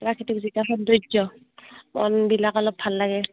প্ৰাকৃতিক যিটো সৌন্দৰ্য্য মনবিলাক অলপ ভাল লাগে